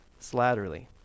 Slatterly